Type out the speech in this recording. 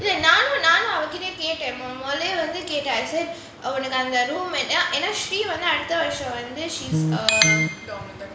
இல்ல நானும் நானும் அவகிட்ட கேட்டேன் முதல்லயே வந்து கேட்டேன்:illa naanum naanum avakita kaeten mothalayae vanthu kaeten I said ஏனா அவ வந்து:yaenaa ava vanthu and then she அடுத்த வருஷம் வந்து:adutha varusham vanthu she's uh